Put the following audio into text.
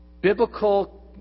biblical